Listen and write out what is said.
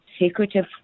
secretive